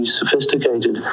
sophisticated